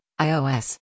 iOS